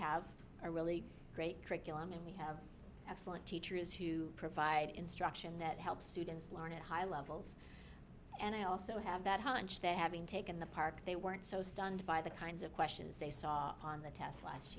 have a really great curriculum and we have excellent teachers who provide instruction that help students learn at high levels and i also have that hunch that having taken the park they weren't so stunned by the kinds of questions they saw on the test last